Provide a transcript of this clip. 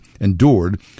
endured